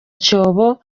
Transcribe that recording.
cyobo